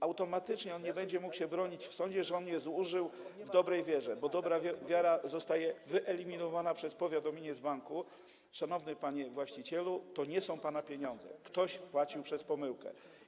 Automatycznie taka osoba nie będzie mogła bronić się w sądzie, twierdząc, że zużyła je w dobrej wierze, bo dobra wiara zostaje wyeliminowana przez powiadomienie z banku: szanowny panie właścicielu, to nie są pana pieniądze, ktoś wpłacił przez pomyłkę.